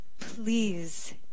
please